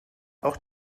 auch